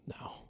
No